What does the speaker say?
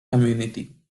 community